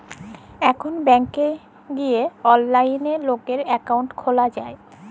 এখল ব্যাংকে যাঁয়ে অললাইলে লকের একাউল্ট খ্যুলা যায়